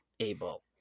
able